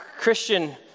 Christian